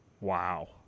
Wow